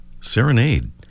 serenade